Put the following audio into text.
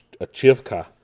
Achivka